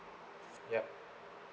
yup